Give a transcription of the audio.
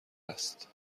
است